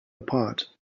apart